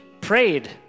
prayed